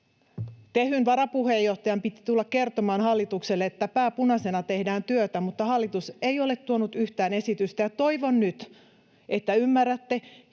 Tehyn varapuheenjohtajan piti tulla kertomaan hallitukselle, että pää punaisena tehdään työtä. Mutta hallitus ei ole tuonut yhtään esitystä. Toivon nyt, että ymmärrätte,